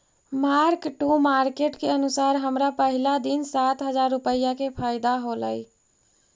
mark to market के अनुसार हमरा पहिला दिन सात हजार रुपईया के फयदा होयलई